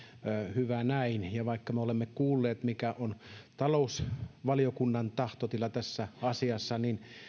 hyvä näin vaikka me olemme kuulleet mikä on talousvaliokunnan tahtotila tässä asiassa